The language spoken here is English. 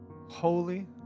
holy